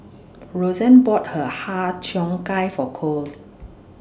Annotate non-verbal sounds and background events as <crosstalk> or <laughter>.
Roseann bought Her Har Cheong Gai For Kole <noise>